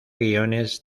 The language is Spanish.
guiones